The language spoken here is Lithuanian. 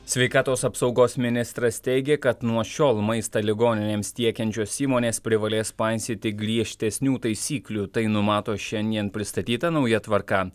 sveikatos apsaugos ministras teigia kad nuo šiol maistą ligoninėms tiekiančios įmonės privalės paisyti griežtesnių taisyklių tai numato šiandien pristatyta nauja tvarka